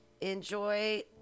enjoy